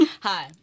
Hi